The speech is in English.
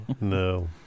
No